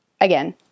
again